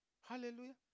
Hallelujah